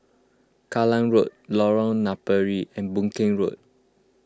Kallang Road Lorong Napiri and Boon Keng Road